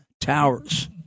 towers